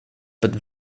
but